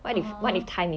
(uh huh)